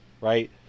right